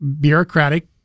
bureaucratic